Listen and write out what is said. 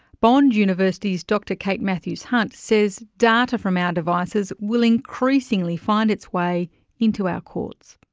bond university's dr kate mathews-hunt says data from our devices will increasingly find its way into our courts.